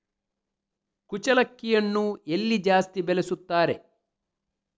ಕುಚ್ಚಲಕ್ಕಿಯನ್ನು ಎಲ್ಲಿ ಜಾಸ್ತಿ ಬೆಳೆಸುತ್ತಾರೆ?